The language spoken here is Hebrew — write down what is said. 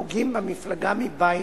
הפוגעים במפלגה מבית